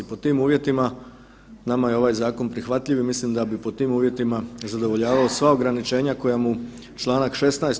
Pod tim uvjetima nama je ovaj zakon prihvatljiv i mislim da bi pod tim uvjetima zadovoljavao sva ograničenja koja mu čl. 16.